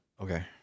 Okay